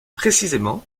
précisément